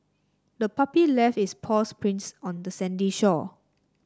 the puppy left its paws prints on the sandy shore